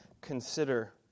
consider